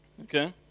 Okay